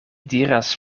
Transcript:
diras